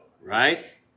Right